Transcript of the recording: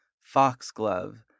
Foxglove